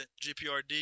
GPRD